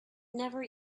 never